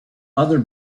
other